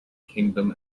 kingdom